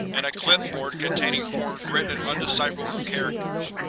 and a clipboard containing forms written in undecipherable characters.